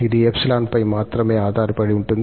ఇది 𝜖 పై మాత్రమే ఆధారపడి ఉంటుంది